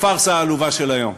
לפארסה העלובה של היום.